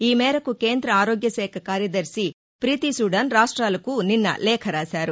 ఈ మేరకు కేంద్ర ఆరోగ్యశాఖ కార్యదర్శి ప్రీతిసూడాన్ రాష్ట్రాలకు నిన్న లేఖ రాశారు